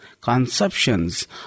conceptions